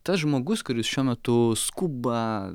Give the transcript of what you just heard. tas žmogus kuris šiuo metu skuba